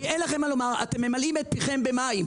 אין לכם מה לומר, אתם ממלאים את פיכם מים.